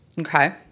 Okay